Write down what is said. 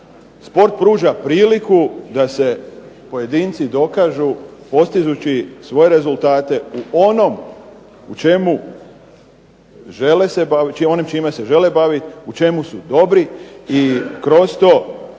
sport pruža priliku da se pojedinci dokažu postižući svoje rezultate u onom u čemu žele, onim čime se žele baviti, u čemu su dobri i kroz to